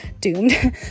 doomed